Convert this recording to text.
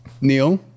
neil